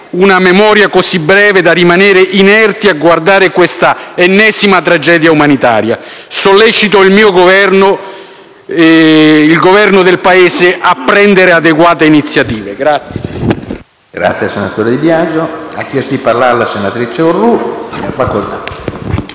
una memoria così breve da rimanere inerti a guardare quest'ennesima tragedia umanitaria. Sollecito, dunque, il Governo del mio Paese a prendere adeguate iniziative. **Per